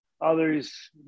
others